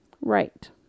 Right